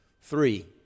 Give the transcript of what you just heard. Three